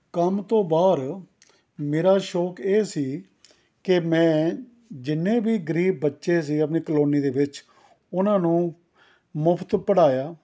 ਕੰਮ ਤੋਂ ਬਾਹਰ ਮੇਰਾ ਸ਼ੌਕ ਇਹ ਸੀ ਕਿ ਮੈਂ ਜਿੰਨੇ ਵੀ ਗਰੀਬ ਬੱਚੇ ਸੀ ਆਪਣੀ ਕਲੋਨੀ ਦੇ ਵਿੱਚ ਉਹਨਾਂ ਨੂੰ ਮੁਫ਼ਤ ਪੜ੍ਹਾਇਆ